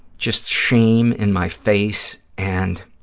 just shame in my face and